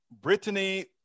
Brittany